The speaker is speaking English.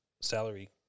salary